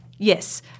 Yes